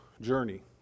journey